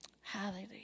hallelujah